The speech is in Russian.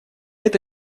это